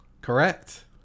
Correct